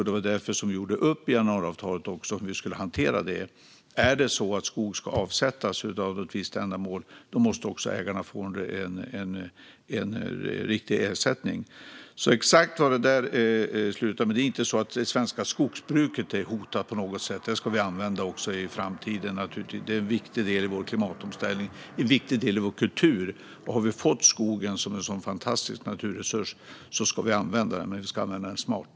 Det var därför vi gjorde upp i januariavtalet om hur detta ska hanteras. Är det så att skog ska avsättas för ett visst ändamål måste ägarna få en riktig ersättning. Det är inte så att det svenska skogsbruket är hotat på något sätt, utan vi ska naturligtvis använda skogen även i framtiden. Det är en viktig del av vår klimatomställning och en viktig del av vår kultur. Har vi nu fått skogen, som är en så fantastisk naturresurs, ska vi använda den - men vi ska använda den smart.